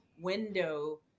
window